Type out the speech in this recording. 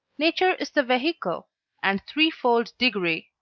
nature is the vehicle and threefold degree.